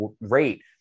rate